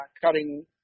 cutting –